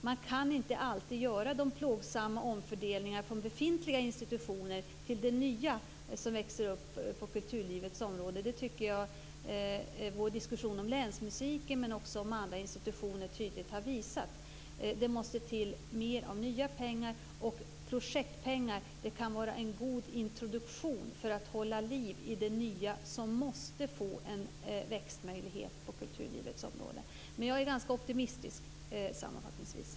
Man kan inte alltid göra plågsamma omfördelningar från befintliga institutioner till det nya som växer upp på kulturlivets område. Det har vår diskussion om länsmusiken men också om andra institutioner tydligt visat. Det måste till mer av nya pengar. Projektpengar kan vara en god introduktion för att hålla liv i det nya som måste få en växtmöjlighet på kulturlivets område. Jag är sammanfattningsvis ganska optimistisk.